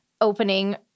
opening